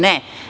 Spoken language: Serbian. Ne.